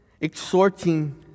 exhorting